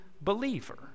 believer